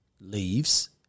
Leaves